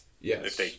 Yes